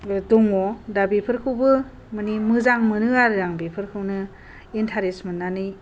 दङ दा बेफोरखौबो माने मोजां मोनो आरो आं बेफोरखौनो एन्थारेस मोननानै